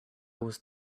was